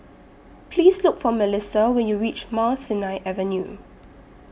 Please Look For Milissa when YOU REACH Mount Sinai Avenue